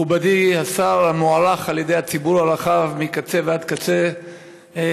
מכובדי השר המוערך על-ידי הציבור הרחב מקצה ועד קצה,